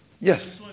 Yes